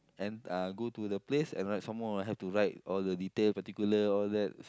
and uh go to the place and write some more have to write all the detail particular all that s~